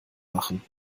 machen